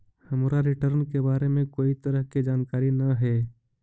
हमरा रिटर्न के बारे में कोई तरह के जानकारी न हे